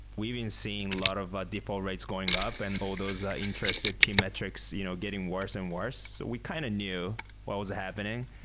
we've been seeing a lot of ah default rates going up and all those interest team metrics you know getting worse and worse. we kind of knew what was happening,